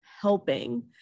helping